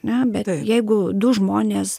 na bet jeigu du žmonės